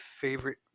favorite